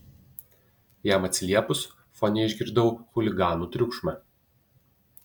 jam atsiliepus fone išgirdau chuliganų triukšmą